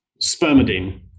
Spermidine